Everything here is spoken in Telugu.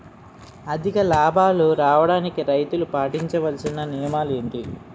అధిక లాభాలు రావడానికి రైతులు పాటించవలిసిన నియమాలు ఏంటి